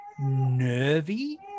nervy